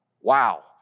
Wow